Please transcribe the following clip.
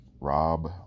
Rob